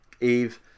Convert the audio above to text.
Eve